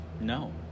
No